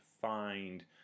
find